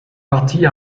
partis